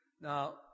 Now